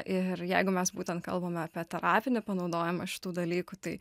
ir jeigu mes būtent kalbame apie terapinį panaudojimą šitų dalykų tai